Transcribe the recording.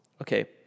okay